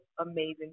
amazing